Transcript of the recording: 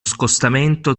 scostamento